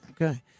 Okay